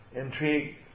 intrigue